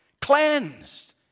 Cleansed